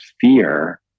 fear